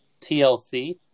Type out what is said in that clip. TLC